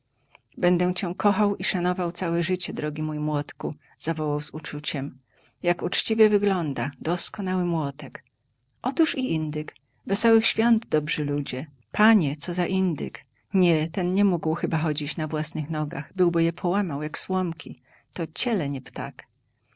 będę cię kochał i szanował całe życie drogi mój młotku zawołał z uczuciem jak uczciwie wygląda doskonały młotek otóż i indyk wesołych świąt dobrzy ludzie panie co za indyk nie ten nie mógł chyba chodzić na własnych nogach byłby je połamał jak słomki to cielę nie ptak